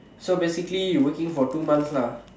so basically you working for two months lah